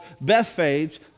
Bethphage